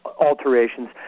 alterations